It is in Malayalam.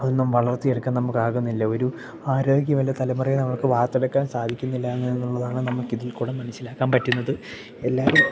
ഒന്നും വളർത്തിയെടുക്കാൻ നമുക്കാകുന്നില്ല ഒരു ആരോഗ്യമുള്ള തലമുറയെ നമുക്ക് വാർത്തെടുക്കാൻ സാധിക്കുന്നില്ലയെന്ന് എന്നുള്ളതാണ് നമുക്കിതിൽക്കൂടി മനസ്സിലാക്കാൻ പറ്റുന്നത് എല്ലാവരും